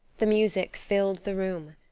the music filled the room.